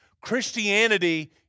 Christianity